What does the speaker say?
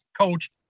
coach